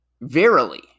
verily